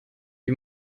wie